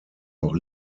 auch